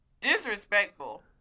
Disrespectful